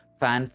fan